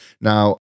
Now